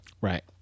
right